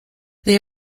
they